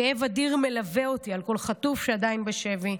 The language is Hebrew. כאב אדיר מלווה אותי על כל חטוף שעדיין בשבי,